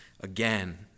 again